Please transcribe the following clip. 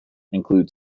include